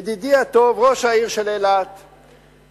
ידידי הטוב ראש העיר של אילת מצליח,